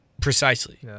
Precisely